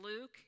Luke